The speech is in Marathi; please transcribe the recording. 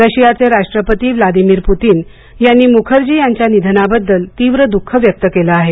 रशियाचे राष्ट्रपती व्लादिमिर पुतीन यांनी मुखर्जी यांच्या निधनाबद्दल तीव्र दुःख व्यक्त केलं आहे